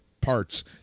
parts